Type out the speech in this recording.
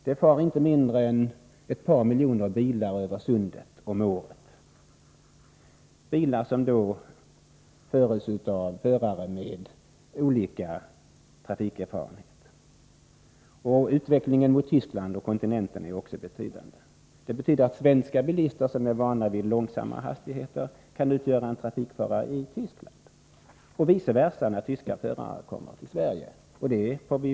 Det far inte mindre än ett par miljoner bilar över sundet om året, bilar som då körs av förare med olika trafikerfarenhet. Trafiken mot Tyskland och kontinenten är också betydande. Det innebär att svenska bilister som är vana vid låga hastigheter kan utgöra en trafikfara i Tyskland, och vice versa. När tyskarna kommer till Sverige kan de utgöra en trafikfara här.